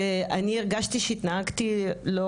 ואני הרגשתי שהתנהגתי ---.